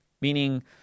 Meaning